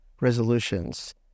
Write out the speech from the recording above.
resolutions